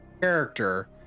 character